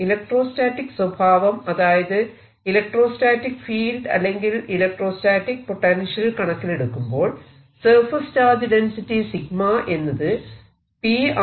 electrostatic സ്വഭാവം അതായത് electrostatic field അല്ലെങ്കിൽ ഇലക്ട്രോസ്റ്റാറ്റിക് പൊട്ടൻഷ്യൽ കണക്കിലെടുക്കുമ്പോൾ സർഫേസ് ചാർജ് ഡെൻസിറ്റി 𝜎 എന്നത് Prʹ